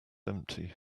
empty